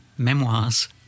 Memoirs